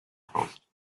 cost